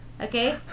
Okay